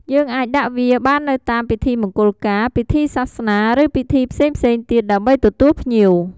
យើងអាចដាក់វាបាននៅតាមពិធីមង្គលការ ពិធីសាសនា ឬ ពិធីផ្សេងៗទៀត ដើម្បីទទួលភ្ញៀវ។